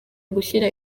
gushyira